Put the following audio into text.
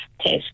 test